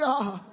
God